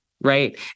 right